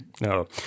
no